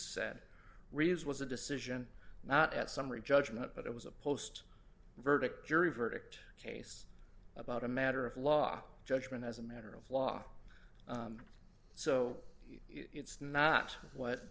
said reeves was a decision not at summary judgment but it was a post verdict jury verdict case about a matter of law judgment as a matter of law so it's not what